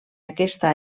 aquesta